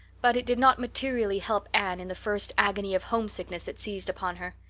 but it did not materially help anne in the first agony of homesickness that seized upon her.